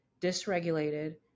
dysregulated